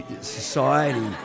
society